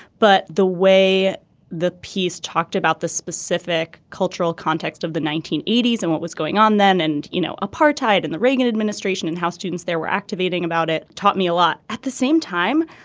but the way the piece talked about the specific cultural context of the nineteen eighty s and what was going on then and you know apartheid in and the reagan administration and how students there were activating about it taught me a lot at the same time.